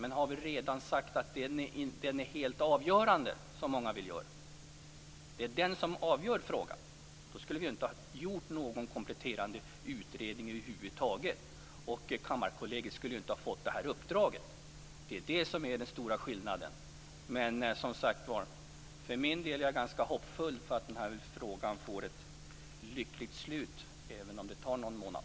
Men har vi redan sagt att den är helt avgörande som många vill ha det till, att det är den som avgör frågan? Då skulle vi ju inte ha gjort någon kompletterande utredning över huvud taget, och Kammarkollegiet skulle inte fått det här uppdraget. Det är det som är den stora skillnaden. Men, som sagt, för min del är jag ganska hoppfull om att den här frågan får ett lyckligt slut även om det tar någon månad.